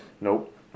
Nope